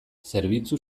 zerbitzu